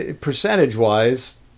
percentage-wise